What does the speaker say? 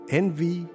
envy